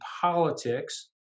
politics